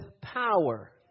power